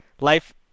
life